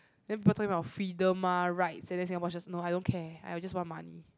then people talking about freedom ah rights and then Singapore just no I don't care I just want money